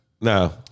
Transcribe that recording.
no